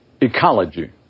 ecology